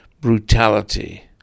brutality